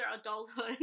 adulthood